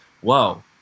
whoa